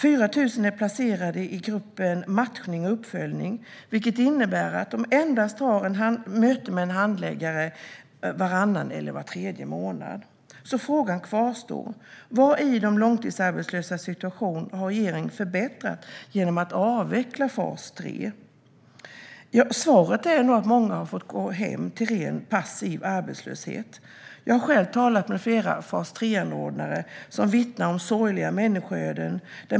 4 000 är placerade i gruppen matchning och uppföljning, vilket innebär att de har ett möte med en handläggare bara varannan eller var tredje månad. Frågan kvarstår: Vad i de långtidsarbetslösas situation har regeringen förbättrat genom att avveckla fas 3? Svaret är nog att många har fått gå hem till ren passiv arbetslöshet. Jag har själv talat med flera fas 3-anordnare som vittnar om sorgliga människoöden.